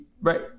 right